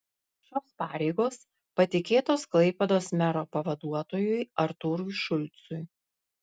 šios pareigos patikėtos klaipėdos mero pavaduotojui artūrui šulcui